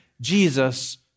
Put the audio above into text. Jesus